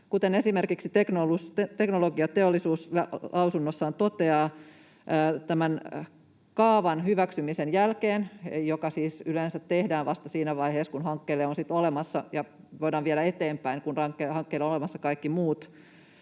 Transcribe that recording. Kuten esimerkiksi Teknologiateollisuus lausunnossaan toteaa, kaavan hyväksymisen jälkeen, joka siis yleensä tehdään vasta siinä vaiheessa, kun hanke voidaan viedä eteenpäin, kun hankkeelle on kaikki muut